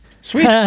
Sweet